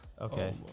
Okay